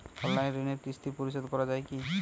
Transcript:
Online ঋণের কিস্তি পরিশোধ করা যায় কি?